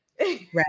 Right